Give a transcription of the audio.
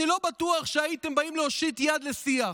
אני לא בטוח שהייתם באים להושיט יד לשיח.